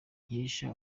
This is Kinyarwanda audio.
nkesha